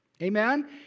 Amen